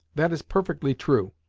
that is perfectly true.